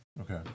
Okay